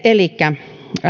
elikkä